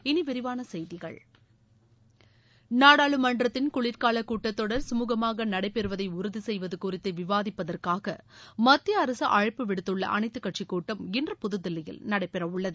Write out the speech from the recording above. இனி விரிவான செய்திகள் நாடாளுமன்றத்தின் குளிர்காலக் கூட்டத் தொடர் குமூகமாக நடைபெறுவதை உறுதி செய்வது குறித்து விவாதிப்பதற்காக மத்திய அரசு அழைப்பு விடுத்துள்ள அனைத்துக் கட்சிக் கூட்டம் இன்று புதுதில்லியில் நடைபெறவுள்ளது